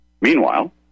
Meanwhile